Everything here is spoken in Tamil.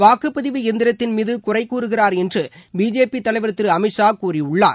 வாக்குப் பதிவு எந்திரத்தின் மீது குறைகூறுகிறார் என்று பிஜேபி தலைவர் திரு அமித் ஷா கூறியுள்ளார்